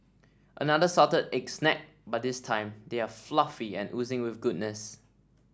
another salted egg snack but this time they are fluffy and oozing with goodness